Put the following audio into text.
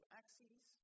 axes